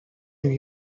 lui